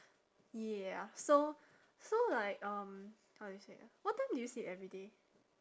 yeah so so like um how do you say ah what time do you sleep everyday